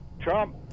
Trump